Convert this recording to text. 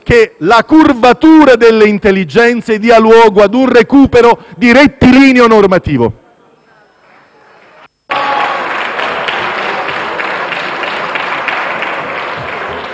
che la curvatura delle intelligenze dia luogo ad un recupero di rettilineo normativo.